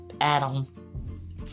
Adam